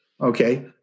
Okay